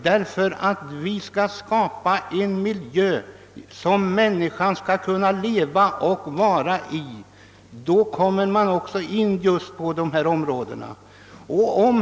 Om vi skall skapa en miljö, i vilken människan skall kunna leva och verka, kommer vi också in på dessa problem.